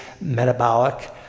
metabolic